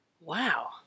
Wow